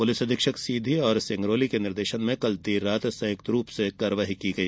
police अधीक्षक सीधी और सिंगरौली के निर्देशन में कल देर रात संयुक्त रूप से कार्यवाही की गई